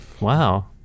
Wow